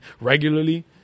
Regularly